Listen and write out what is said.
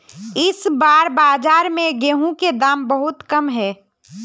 इस बार बाजार में गेंहू के दाम बहुत कम है?